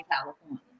California